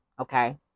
okay